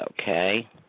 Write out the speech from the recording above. Okay